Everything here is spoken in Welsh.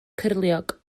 cyrliog